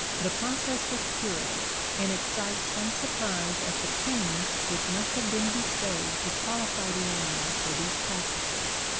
the process was curious, and excites some surprise at the pains which must have been bestowed to qualify the animal for these practices.